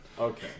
Okay